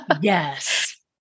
Yes